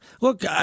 look